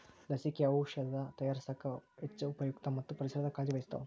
ಲಸಿಕೆ, ಔಔಷದ ತಯಾರಸಾಕ ಹೆಚ್ಚ ಉಪಯುಕ್ತ ಮತ್ತ ಪರಿಸರದ ಕಾಳಜಿ ವಹಿಸ್ತಾವ